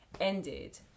ended